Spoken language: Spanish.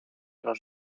los